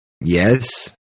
yes